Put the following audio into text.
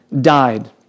died